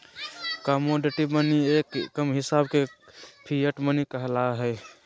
commodity money ही एक हिसाब से फिएट मनी कहला हय